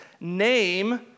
name